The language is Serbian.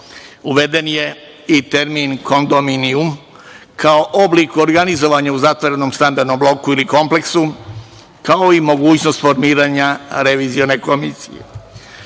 namera. Uveden je i termin kondominijum kao oblik organizovanja u zatvorenom stambenom bloku ili kompleksu, kao i mogućnost formiranja revizione komisije. Jedna